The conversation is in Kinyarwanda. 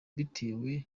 bitewe